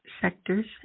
sectors